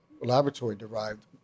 laboratory-derived